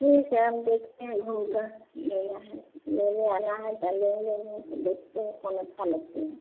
ठीक है हम देखते हैं घूमकर लेना है लेने आना है तो लेंगे ही देखते हैं कौन अच्छा लगते हैं